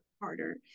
harder